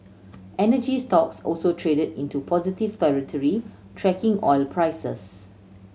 energy stocks also traded into positive territory tracking oil prices